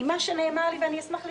ממה שנאמר לי ואשמח לתשובתך,